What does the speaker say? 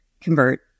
convert